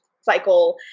cycle